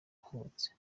hubatse